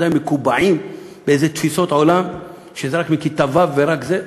עדיין מקובעים באיזה תפיסות עולם שזה רק מכיתה ו' ורק זה,